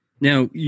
Now